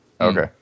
Okay